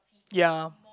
ya